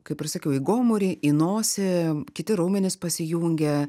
kaip ir sakiau į gomurį į nosį kiti raumenys pasijungia